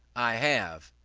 i have,